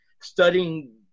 studying